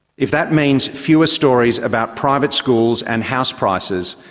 if that means fewer stories about private schools and house prices,